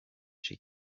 she